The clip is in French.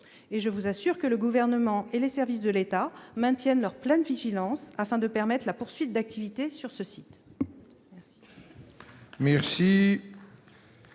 Je vous assure que le Gouvernement et les services de l'État maintiennent leur pleine vigilance afin de permettre la poursuite d'activités sur ce site.